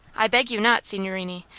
i beg you not, signorini.